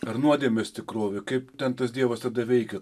ar nuodėmės tikrovė kaip ten tas dievas tada veikia